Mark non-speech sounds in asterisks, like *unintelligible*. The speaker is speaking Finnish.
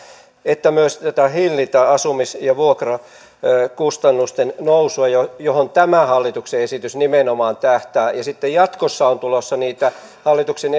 että myös hillitä asumis ja vuokrakustannusten nousua johon johon tämä hallituksen esitys nimenomaan tähtää ja sitten jatkossa on tulossa niitä hallituksen *unintelligible*